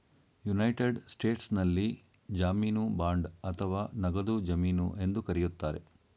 United ಸ್ಟೇಟ್ಸ್ನಲ್ಲಿ ಜಾಮೀನು bond ಅಥವಾ ನಗದು ಜಮೀನು ಎಂದು ಕರೆಯುತ್ತಾರೆ